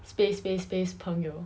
space space space 朋友